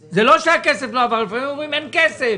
מהאו"ם, אבל הבעלות היא המעסיק.